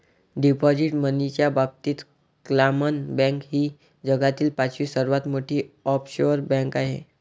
deposit मनीच्या बाबतीत क्लामन बँक ही जगातील पाचवी सर्वात मोठी ऑफशोअर बँक आहे